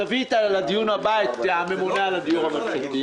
תביא לדיון הבא את הממונה על הדיור הממשלתי,